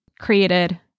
created